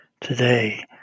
today